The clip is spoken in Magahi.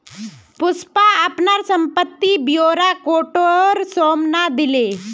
पुष्पा अपनार संपत्ति ब्योरा कोटेर साम न दिले